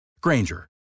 Granger